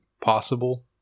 possible